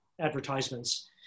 advertisements